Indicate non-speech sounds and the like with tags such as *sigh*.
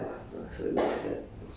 *breath* ya